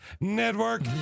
network